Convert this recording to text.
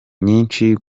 nyinshi